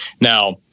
Now